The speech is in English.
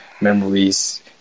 memories